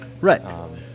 Right